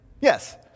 Yes